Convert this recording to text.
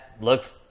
looks